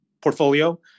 portfolio